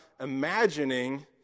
imagining